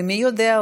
ומי יודע,